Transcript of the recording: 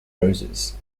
roses